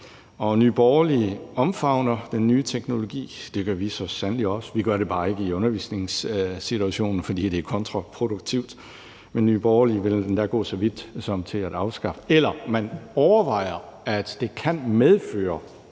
Nye Borgerlige omfavner den nye teknologi. Det gør vi så sandelig også, men vi gør det bare ikke i undervisningssituationen, fordi det er kontraproduktivt. Nye Borgerlige vil endda gå så vidt som til at overveje, at det kan medføre